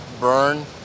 burn